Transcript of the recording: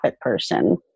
person